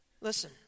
Listen